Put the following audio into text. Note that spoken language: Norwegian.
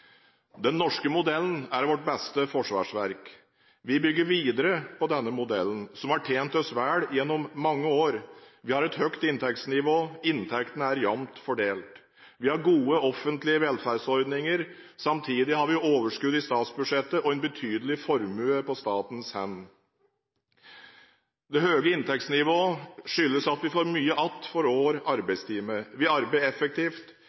Den norske modellen er vårt beste forsvarsverk. Vi bygger videre på denne modellen, som har tjent oss vel gjennom mange år. Vi har et høyt inntektsnivå. Inntektene er jevnt fordelt. Vi har gode offentlige velferdsordninger. Samtidig har vi overskudd i statsbudsjettet og en betydelig formue på statens hånd. Det høye inntektsnivået skyldes at vi får mye igjen for hver arbeidstime. Vi arbeider effektivt.